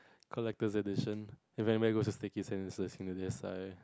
collector's edition if I may go to stickies sense in a single yes I